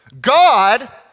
God